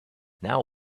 now